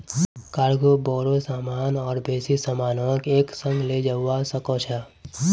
cargo बोरो सामान और बेसी सामानक एक संग ले जव्वा सक छ